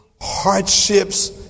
hardships